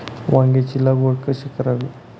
वांग्यांची लागवड कशी करावी?